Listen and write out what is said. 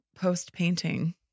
post-painting